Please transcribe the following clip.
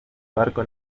barco